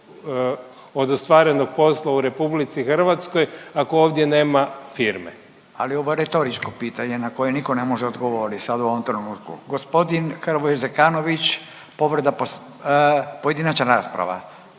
od ostvarenog posla u RH ako ovdje nema firme? **Radin, Furio (Nezavisni)** Ali ovo je retoričko pitanje na koje niko ne može odgovorit sad u ovom trenutku. Gospodin Hrvoje Zekanović, povreda pos…, pojedinačna rasprava.